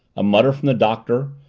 a mutter from the doctor.